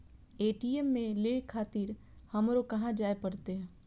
ATM ले खातिर हमरो कहाँ जाए परतें?